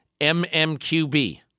MMQB